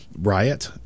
Riot